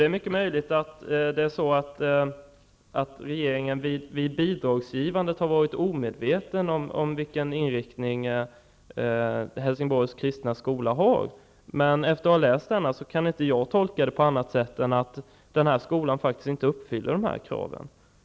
Det är mycket möjligt att regeringen vid bidragsgivningen har varit omedveten om vilken inriktning Helsingborgs kristna skola har, men efter att ha läst denna artikel kan jag inte tolka det på annat sätt än att skolan inte uppfyller kraven.